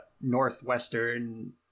Northwestern